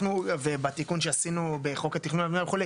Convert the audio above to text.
וגם בתיקון שעשינו בחוק התכנון והבנייה וכו',